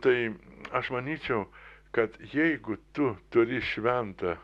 tai aš manyčiau kad jeigu tu turi šventą